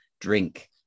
drink